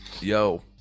Yo